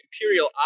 Imperial